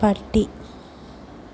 പട്ടി